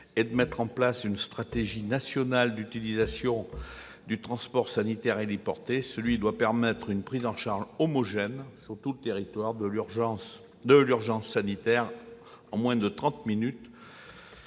est de mettre en place une stratégie nationale d'utilisation du transport sanitaire héliporté, ce qui doit permettre une prise en charge homogène, sur tout le territoire, de l'urgence sanitaire en moins de trente minutes.